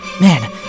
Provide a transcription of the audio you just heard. Man